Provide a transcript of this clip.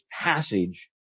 passage